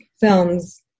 film's